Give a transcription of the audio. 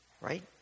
right